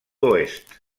oest